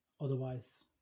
Otherwise